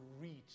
reach